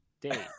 date